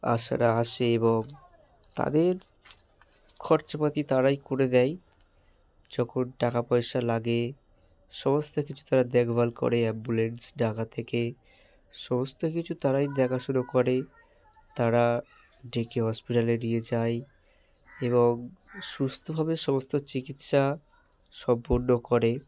আশারা আসে এবং তাদের খরচাপাতি তারাই করে দেয় যখন টাকা পয়সা লাগে সমস্ত কিছু তারা দেখভাল করে অ্যাম্বুল্যান্স ডাকা থেকে সমস্ত কিছু তারাই দেখাশুনো করে তারা ডেকে হসপিটালে নিয়ে যায় এবং সুস্থভাবে সমস্ত চিকিৎসা সম্পন্ন করে